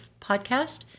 podcast